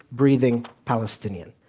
breathing palestinian.